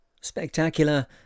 Spectacular